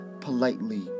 politely